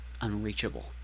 Unreachable